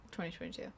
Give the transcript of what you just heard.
2022